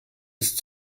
ist